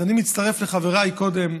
אז אני מצטרף לחבריי קודם,